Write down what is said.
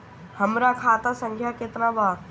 हमरा खाता संख्या केतना बा?